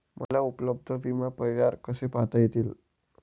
मला उपलब्ध विमा पर्याय कसे पाहता येतील?